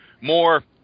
more